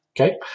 Okay